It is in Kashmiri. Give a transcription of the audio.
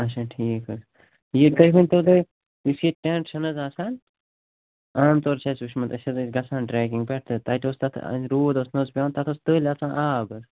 اَچھا ٹھیٖک حظ یہِ یہِ تُہۍ ؤنۍتَو تُہۍ یُس یہِ ٹیٚنٹ چھِنہٕ حظ آسان عام طور چھِ اَسہِ وُچھمُت أسۍ حظ ٲسۍ گژھان ٹرٛیٚکِنٛگ پٮ۪ٹھ تہٕ تَتہِ اوس تَتھ أنٛدۍ روٗد اوس نہ حظ پٮ۪وان تَتھ اوس تٔلۍ اَژان آب حظ